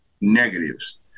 negatives